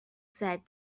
said